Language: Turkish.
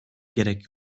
gerek